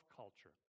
culture